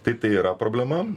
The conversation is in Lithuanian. tai tai yra problema